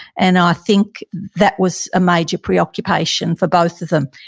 and i think that was a major preoccupation for both of them.